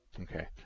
Okay